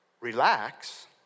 relax